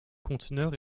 conteneur